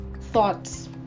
thoughts